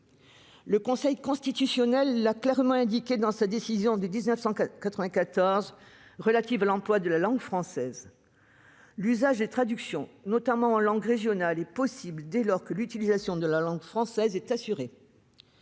Le Conseil constitutionnel l'a clairement indiqué dans sa décision relative à l'emploi de la langue française de 1994 : l'usage des traductions, notamment en langue régionale, est possible dès lors que l'utilisation de la langue française est assurée.